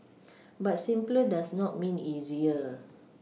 but simpler does not mean easier